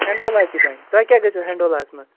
ہٮ۪نٛڈولا تہِ بَنہِ تۄہہِ کیٛاہ گَژھیو ہٮ۪نٛڈولاہس منٛز